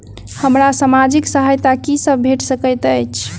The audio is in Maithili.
हमरा सामाजिक सहायता की सब भेट सकैत अछि?